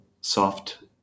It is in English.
soft